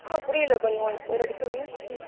புரியலை கொஞ்சம் ஒரு வாட்டி சொல்லுங்கள் ம்